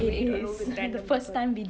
I rode with random people